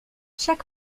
chaque